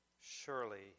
Surely